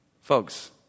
Folks